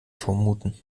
vermuten